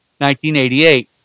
1988